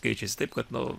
keičiasi taip kad nu